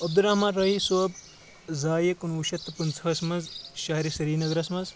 عبدُالرحمٰن رٲہی صٲب زایہِ کُنوُہ شیٚتھ تہٕ پٕنٛژٕہس منٛز شہرِ سرینَگرَس منٛز